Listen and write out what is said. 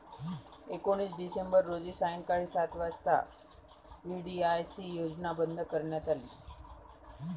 एकोणीस डिसेंबर रोजी सायंकाळी सात वाजता व्ही.डी.आय.सी योजना बंद करण्यात आली